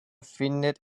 findet